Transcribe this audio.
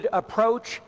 approach